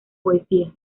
poesía